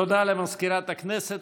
תודה למזכירת הכנסת.